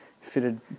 fitted